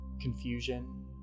confusion